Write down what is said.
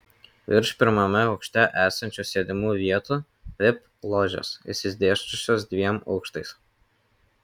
virš pirmame aukšte esančių sėdimų vietų vip ložės išsidėsčiusios dviem aukštais